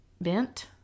Bent